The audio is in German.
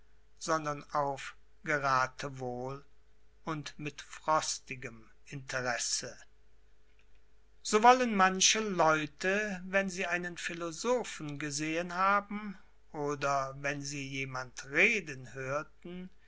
sondern auf gerathewohl und mit frostigem interesse so wollen manche leute wenn sie einen philosophen gesehen haben oder wenn sie jemand reden hörten